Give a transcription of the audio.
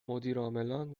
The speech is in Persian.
مدیرعاملان